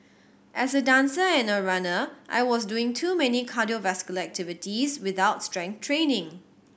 as a dancer and a runner I was doing too many cardiovascular activities without strength training